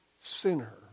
sinner